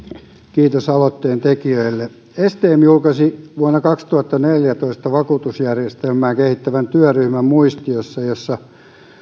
kiitos aloitteen tekijöille stm julkaisi vuonna kaksituhattaneljätoista vakuutusjärjestelmää kehittävän työryhmän muistion jossa jossa